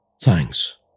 Thanks